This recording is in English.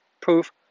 proof